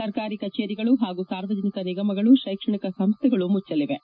ಸರ್ಕಾರಿ ಕಚೇರಿಗಳು ಹಾಗೂ ಸಾರ್ವಜನಿಕ ನಿಗಮಗಳು ಹಾಗೂ ಶೈಕ್ಷಣಿಕ ಸಂಸ್ಟೆಗಳು ಮುಚ್ಚಲಿವೆ